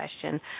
question